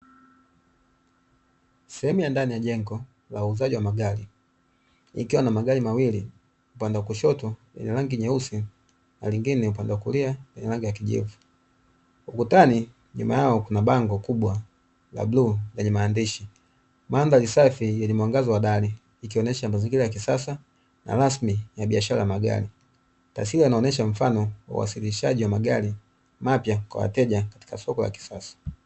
Sehemu ya ndani ya jengo la uuzaji wa magari, ikiwa na magari mawili; upande wa kushoto lina rangi nyeusi na lingine ni upande wa kulia lina rangi ya kijivu. Ukutani nyuma yao kuna bango kubwa la bluu lenye maandishi. Mandhari safi yenye mwangazo wa dali, ikionyesha mazingira ya kisasa na rasmi ya biashara ya magari. Taswira inaonyesha mfano wawasilishaji wa magari mapya kwa wateja katika soko la kisasa.